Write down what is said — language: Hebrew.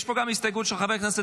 חברת הכנסת